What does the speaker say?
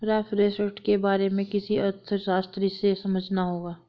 reference rate के बारे में किसी अर्थशास्त्री से समझना होगा